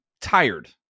tired